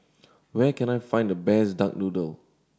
where can I find the best duck noodle